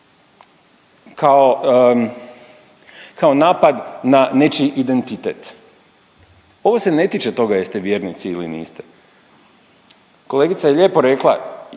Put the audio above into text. kao napad na nečiji identitet. Ovo se ne tiče toga jeste vjernici ili niste. Kolegica je lijepo rekla